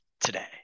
today